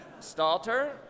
Stalter